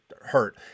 hurt